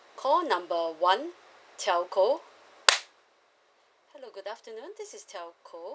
call number one telco hello good afternoon this is telco